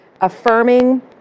affirming